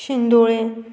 सिंदोळे